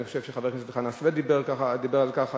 אני חושב שחבר הכנסת חנא סוייד דיבר על כך,